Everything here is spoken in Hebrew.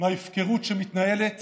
מההפקרות שמתנהלת